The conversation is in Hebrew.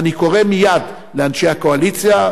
ואני קורא מייד לאנשי הקואליציה,